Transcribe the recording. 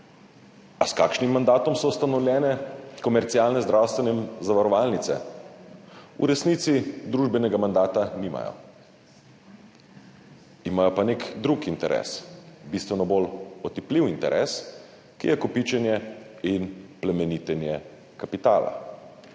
A s kakšnim mandatom so ustanovljene komercialne zdravstvene zavarovalnice? V resnici družbenega mandata nimajo. Imajo pa nek drug interes, bistveno bolj otipljiv interes, ki je kopičenje in plemenitenje kapitala.